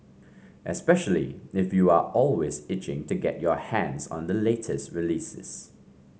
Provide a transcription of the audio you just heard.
especially if you're always itching to get your hands on the latest releases